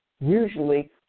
Usually